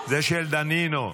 זה של דנינו.